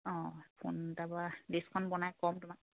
অঁ ফোন তাৰপৰা লিষ্টখন বনাই ক'ম তোমাক